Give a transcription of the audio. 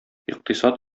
икътисад